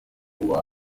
kuba